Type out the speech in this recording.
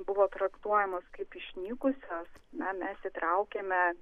buvo traktuojamos kaip išnykusios na mes įtraukėme